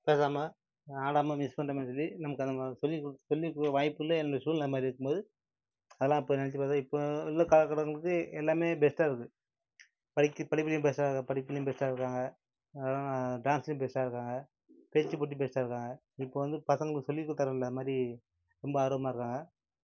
பேசாம ஆடாம மிஸ் பண்ணிட்டோமேனு சொல்லி நமக்கு அவுங்க சொல்லிக் குடுத் சொல்லி கொடுக்க வாய்ப்பு இல்லை என்னுடைய சூழ்நிலை அந்த மாதிரி இருக்கும்போது அதெல்லாம் அப்போது நெனச்சு பார்த்தா இப்போது உள்ள காலக்கட்டத்தில் வந்து எல்லாமே பெஸ்ட்டாக இருக்குது படிக்கிற படிப்பிலையும் பெஸ்ட்டாக இருக்கிறது படிப்புலையும் பெஸ்ட்டாக இருக்கிறாங்க டான்ஸ்லையும் பெஸ்ட்டா இருக்கிறாங்க பேச்சுப் போட்டி பெஸ்ட்டாக இருக்கிறாங்க இப்போது வந்து பசங்களுக்கு சொல்லி கொடுக்க மாதிரி ரொம்ப ஆர்வமாக இருக்காங்க